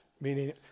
meaning